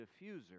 diffuser